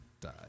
die